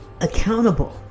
accountable